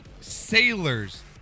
sailors